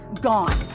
gone